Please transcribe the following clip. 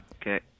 Okay